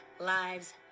lives